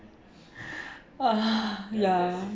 ah ya